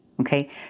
Okay